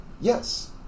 Yes